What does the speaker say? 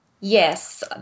Yes